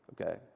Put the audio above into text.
okay